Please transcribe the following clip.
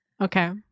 Okay